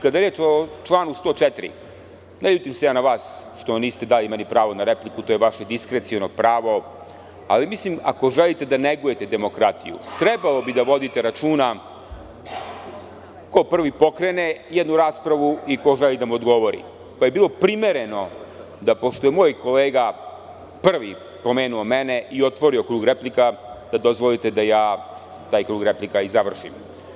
Kada je reč o članu 104, ne ljutim se ja na vas što mi niste dali pravo na repliku, to je vaše diskreciono pravo, ali mislim da ako želite da negujete demokratiju, trebalo bi da vodite računa ko prvi pokrene jednu raspravu i ko želi da mu odgovori, pa bi bilo primereno da pošto je moj kolega prvi pomenuo mene i otvorio krug replika, da dozvolite da ja taj krug replika i završim.